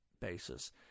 basis